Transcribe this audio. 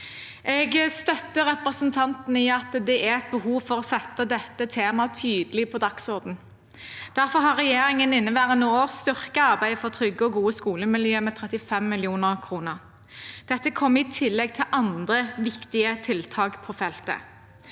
Jeg støtter representanten i at det er et behov for å sette dette temaet tydelig på dagsordenen. Derfor har regjeringen inneværende år styrket arbeidet for trygge og gode skolemiljø med 35 mill. kr. Dette kom i tillegg til andre viktige tiltak på feltet.